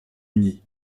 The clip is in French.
uni